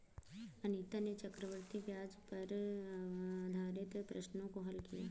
अनीता ने चक्रवृद्धि ब्याज पर आधारित प्रश्नों को हल किया